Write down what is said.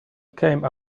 came